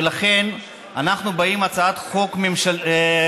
ולכן אנחנו באים עם הצעת חוק פרטית,